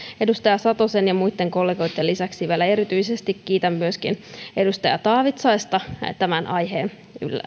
edustaja satosen ja muitten kollegoitten lisäksi kiitän vielä erityisesti myöskin edustaja taavitsaista tämän aiheen